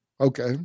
Okay